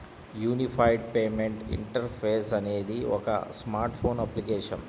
unified payment interface అనేది ఒక smart phone application